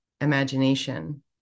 imagination